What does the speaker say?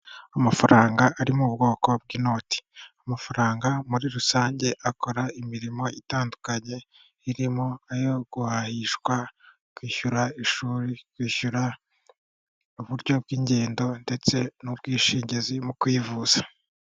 Amafaranga ari mu bwoko bw'inoti, amafaranga muri rusange akora imirimo itandukanye: irimo ayo guhahishwa, kwishyura ishuri, kwishyura uburyo bw'ingendo, ndetse n'ubwishingizi mu kwivuza.